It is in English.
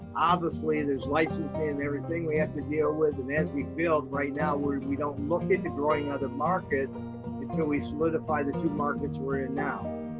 obviously, there's licensing and everything we have to deal with, and as we build right now, but we don't look at growing other markets until we solidify the two markets we're in now,